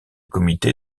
comité